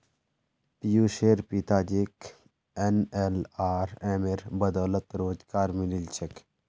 पियुशेर पिताजीक एनएलआरएमेर बदौलत रोजगार मिलील छेक